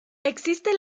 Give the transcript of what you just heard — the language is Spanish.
existe